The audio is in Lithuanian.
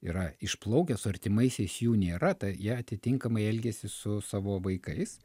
yra išplaukę su artimaisiais jų nėra tai jie atitinkamai elgiasi su savo vaikais